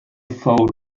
thought